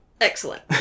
Excellent